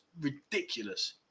ridiculous